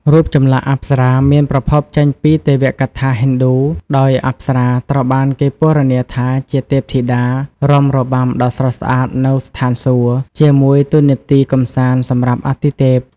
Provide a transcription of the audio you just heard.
រូបចម្លាក់អប្សរា មានប្រភពចេញពីទេវកថាហិណ្ឌូ ដោយអប្សរាត្រូវបានគេពណ៌នាថាជាទេពធីតារាំរបាំដ៏ស្រស់ស្អាតនៅស្ថានសួគ៌ ជាមួយតួនាទីកម្សាន្តសម្រាប់អាទិទេព។